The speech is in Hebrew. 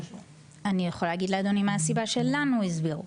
אני יכולה להגיד לאדוני מה הסיבה שלנו הסבירו.